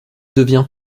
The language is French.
devient